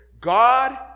God